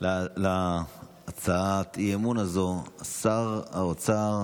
על הצעת האי-אמון הזו שר האוצר,